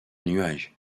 nuage